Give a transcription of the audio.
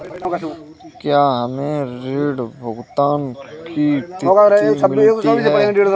क्या हमें ऋण भुगतान की तिथि मिलती है?